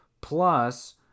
plus